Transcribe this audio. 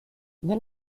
nel